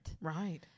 Right